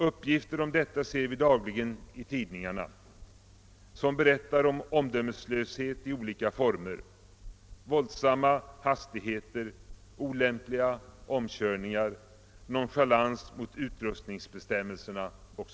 Uppgifter om detta ser vi dagligen i tidningarna, som berättar om omdömeslöshet i olika former, våldsamma hastigheter, olämpliga omkörningar, nonchalans av utrustningsbestämmelserna 0.